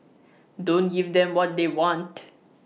don't give them what they want